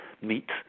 meet